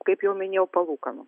kaip jau minėjau palūkanų